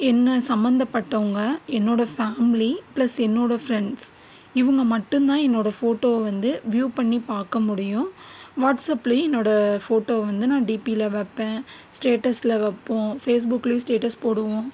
என்னை சம்பந்தப்பட்டவங்க என்னோடய ஃபேமிலி பிளஸ் என்னோடய ஃப்ரெண்ட்ஸ் இவங்க மட்டும்தான் என்னோடய ஃபோட்டோவை வந்து வியூ பண்ணி பார்க்க முடியும் வாட்ஸ்அப்லேயும் என்னோடய ஃபோட்டோவை வந்து நான் டிபியில் வைப்பேன் ஸ்டேட்டஸில் வைப்போம் ஃபேஸ்புக்லேயும் ஸ்டேட்டஸ் போடுவோம்